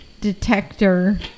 Detector